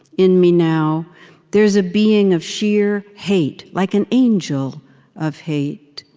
in me now there's a being of sheer hate, like an angel of hate.